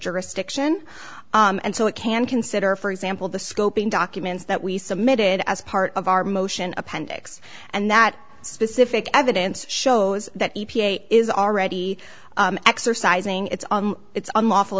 jurisdiction and so it can consider for example the scoping documents that we submitted as part of our motion appendix and that specific evidence shows that e p a is already exercising its on its unlawful